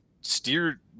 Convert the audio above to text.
steer